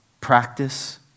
practice